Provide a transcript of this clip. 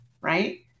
right